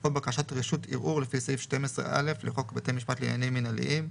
או בקשת רשות ערעור לפי סעיף 12(א) לחוק בתי משפט לעניינים מינהליים,